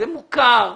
זה מוכר.